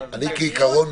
כעקרון,